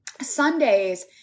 Sundays